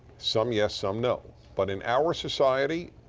some yes, some no. but in our society,